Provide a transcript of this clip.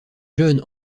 jeune